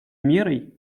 мерой